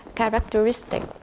characteristic